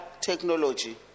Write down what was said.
technology